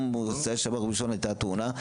במוצאי שבת או ראשון הייתה התאונה,